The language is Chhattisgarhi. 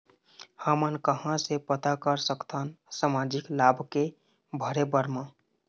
हमन कहां से पता कर सकथन सामाजिक लाभ के भरे बर मा?